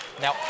now